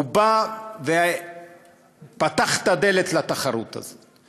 בא ופתח את הדלת לתחרות הזאת.